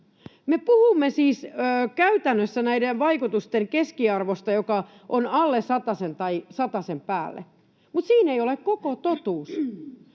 puhumme siis käytännössä näiden vaikutusten keskiarvosta, joka on alle satasen tai päälle satasen, mutta siinä ei ole koko totuus.